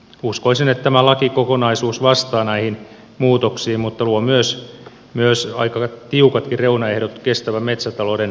uskoisin että tämä lakikokonaisuus vastaa näihin muutoksiin mutta luo myös aika tiukatkin reunaehdot kestävän metsätalouden harjoittamiselle